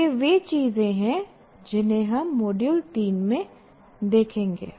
तो ये वे चीजें हैं जिन्हें हम मॉड्यूल 3 में देखेंगे